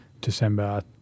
December